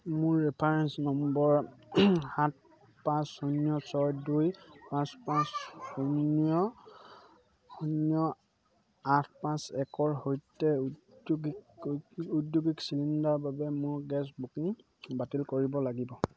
মই reference number সাত পাঁচ শূন্য ছয় দুই পাঁচ পাঁচ শূন্য শূন্য আঠ পাঁচ একৰ সৈতে ঔদ্যোগিক ঔদ্যোগিক চিলিণ্ডাৰৰ বাবে মোৰ গেছ বুকিং বাতিল কৰিব লাগিব